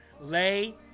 lay